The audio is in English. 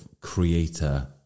creator